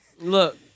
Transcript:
Look